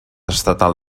estatal